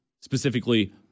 specifically